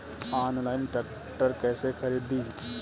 Online tractor कैसे खरदी?